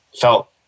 felt